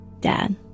Dad